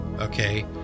okay